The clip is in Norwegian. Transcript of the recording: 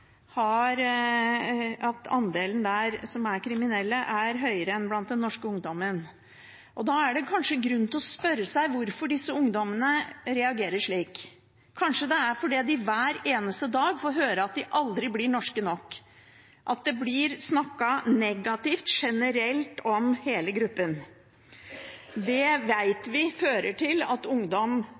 var at andelen unge med innvandrerbakgrunn som er født og oppvokst i Norge, og som er kriminelle, er høyere enn blant den norske ungdommen. Da er det kanskje grunn til å spørre seg hvorfor disse ungdommene reagerer slik. Kanskje det er fordi de hver eneste dag får høre at de aldri blir norske nok, at det blir snakket negativt generelt om hele gruppen. Det vi vet, er at ungdom